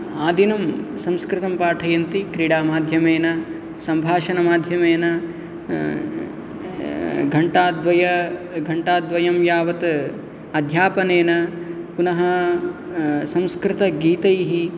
आदिनं संस्कृतं पाठयन्ति क्रीडामाध्यमेन सम्भाषणमाध्यमेन घण्टाद्वय घण्टाद्वयं यावत् अध्यापनेन पुनः संस्कृतगीतैः